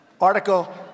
article